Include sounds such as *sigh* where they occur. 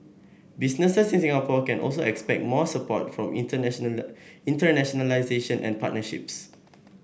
businesses in Singapore can also expect more support for *unintelligible* internationalisation and partnerships